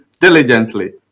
diligently